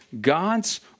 God's